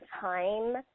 time